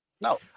No